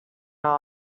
know